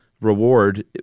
reward